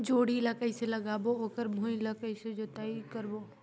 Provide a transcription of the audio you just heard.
जोणी ला कइसे लगाबो ओकर भुईं ला कइसे जोताई करबो?